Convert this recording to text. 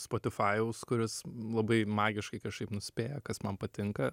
spotifajaus kuris labai magiškai kažkaip nuspėja kas man patinka